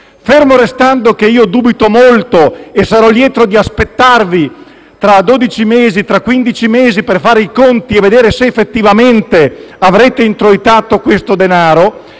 Fermo restando che io ne dubito molto e che sarò lieto di aspettarvi, tra dodici o quindici mesi, per fare i conti e vedere se effettivamente avrete introitato questo denaro,